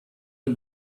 the